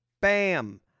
bam